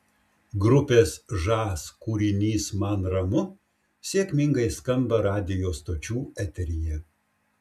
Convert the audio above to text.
grupės žas kūrinys man ramu sėkmingai skamba radijo stočių eteryje